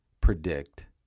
predict